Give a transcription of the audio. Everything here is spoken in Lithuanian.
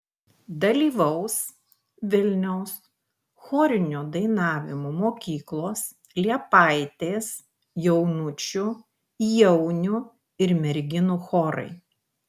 dalyvaus vilniaus chorinio dainavimo mokyklos liepaitės jaunučių jaunių ir merginų chorai